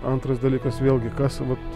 antras dalykas vėlgi kas vat